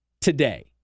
today